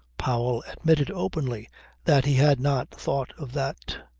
powell admitted openly that he had not thought of that.